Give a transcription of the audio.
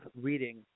reading